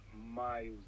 miles